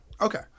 Okay